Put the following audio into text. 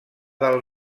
del